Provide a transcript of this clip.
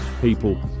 people